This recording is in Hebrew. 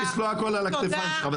טוב לשמוע הכל על הכתפיים שלך,